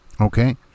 Okay